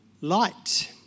Light